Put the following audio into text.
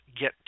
get